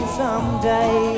someday